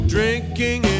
Drinking